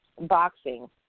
boxing